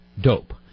dope